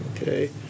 okay